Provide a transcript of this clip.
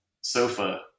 sofa